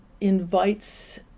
invites